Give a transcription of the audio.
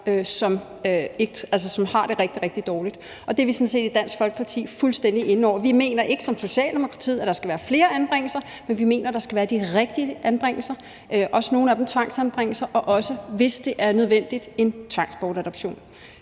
som har det rigtig, rigtig dårligt. Det er vi sådan set i Dansk Folkeparti fuldstændig inde over. Vi mener ikke som Socialdemokratiet, at der skal være flere anbringelser, men vi mener, at der skal være de rigtige anbringelser, også nogle af dem tvangsanbringelser og også, hvis det er nødvendigt, tvangsbortadoption.